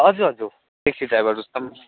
हजुर हजुर taxi driver Rustam